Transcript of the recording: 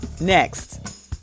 next